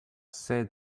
said